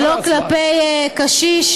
ולא לגבי קשיש,